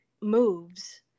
moves